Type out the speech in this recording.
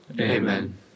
Amen